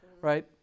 right